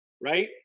Right